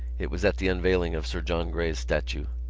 it was at the unveiling of sir john gray's statue.